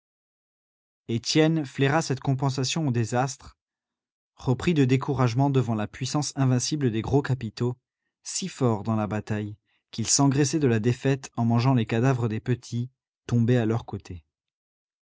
étienne flaira cette compensation aux désastres repris de découragement devant la puissance invincible des gros capitaux si forts dans la bataille qu'ils s'engraissaient de la défaite en mangeant les cadavres des petits tombés à leur côté